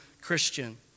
Christian